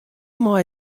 mei